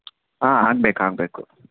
ಹಾಂ ಆಗ್ಬೇಕು ಆಗಬೇಕು